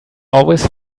always